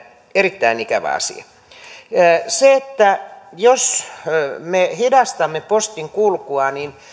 erittäin ikävä asia jos me hidastamme postin kulkua niin